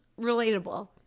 relatable